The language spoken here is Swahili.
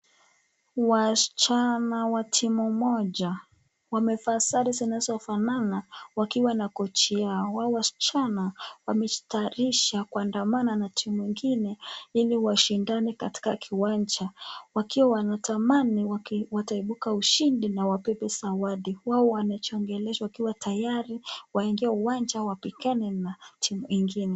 Wasichana wa timu moja wamevaa sare zinazofanana wakiwa na kocha yao. Hao wasichana wamejitayarisha kuandamana na timu ingine ili washindane katika kiwanja. Wakiwa wanatamani wataibuka ushindi na wabebe zawadi. Wao wanachongeleshwa wakiwa tayari waingie uwanja wapigane na timu ingine.